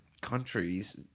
countries